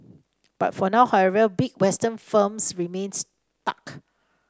but for now however big Western firms remain stuck